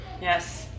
Yes